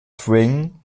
swing